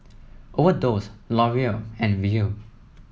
Overdose L'Oreal and Viu